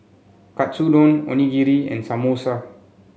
Katsudon Onigiri and Samosa